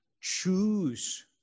choose